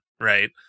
right